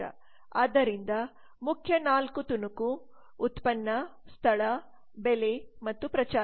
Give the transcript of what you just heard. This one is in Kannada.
ಆದ್ದರಿಂದ ಮುಖ್ಯ 4 ತುಣುಕು ಉತ್ಪನ್ನ ಸ್ಥಳ ಬೆಲೆ ಮತ್ತು ಪ್ರಚಾರ